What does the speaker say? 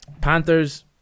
Panthers